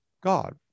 God